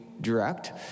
direct